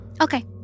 okay